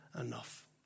enough